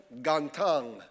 Gantang